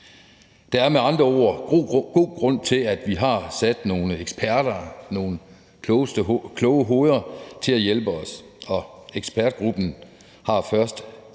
Der er med andre ord god grund til, at vi har sat nogle eksperter, nogle kloge hoveder, til at hjælpe os, og ekspertgruppen har første